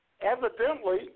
evidently